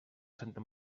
santa